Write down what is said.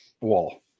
wall